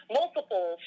multiple